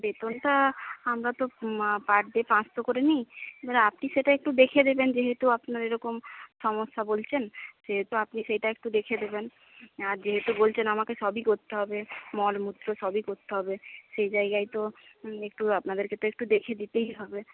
বেতনটা আমরা তো পার ডে পাঁচশো করে নিই এবার আপনি সেটা একটু দেখে দেবেন যেহেতু আপনার এরকম সমস্যা বলছেন সেহেতু আপনি সেইটা একটু দেখে দেবেন আর যেহেতু বলছেন আমাকে সবই করতে হবে মলমূত্র সবই করতে হবে সেই জায়গায় তো একটু আপনাদেরকে তো একটু দেখে দিতেই হবে